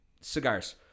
Cigars